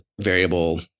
variable